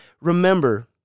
remember